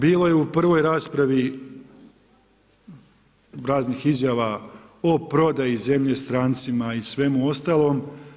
Bilo je u prvoj raspravi raznih izjava o prodaji zemlje strancima i svemu ostalom.